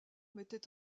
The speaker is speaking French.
mettait